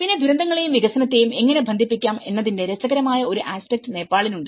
പിന്നെ ദുരന്തങ്ങളെയും വികസനത്തെയും എങ്ങനെ ബന്ധിപ്പിക്കാം എന്നതിന്റെ രസകരമായ ഒരു ആസ്പെക്ട് നേപ്പാളിനുണ്ട്